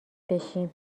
بشیم